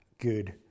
good